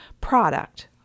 product